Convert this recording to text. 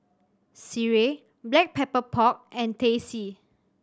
sireh Black Pepper Pork and Teh C